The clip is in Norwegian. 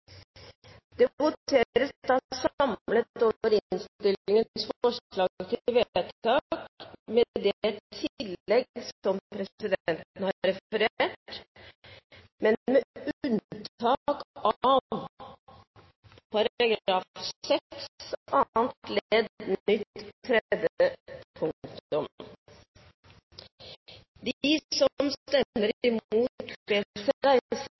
Det voteres da samlet over innstillingens forslag til vedtak med det tillegg som presidenten har referert, men med unntak av § 6 annet ledd nytt tredje